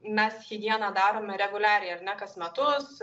mes higieną darome reguliariai ar ne kas metus